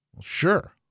Sure